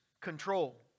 control